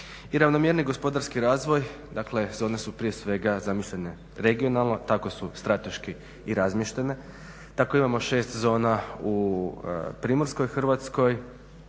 I ravnomjerniji gospodarski razvoj, te zone su prije svega zamišljene regionalno, tako su strateški i razmještene, tako imamo 6 zona u Primorskoj Hrvatskoj